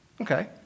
Okay